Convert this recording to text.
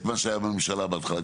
את מה שהיה בממשלה בהתחלה.